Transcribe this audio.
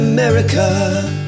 America